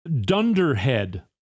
dunderhead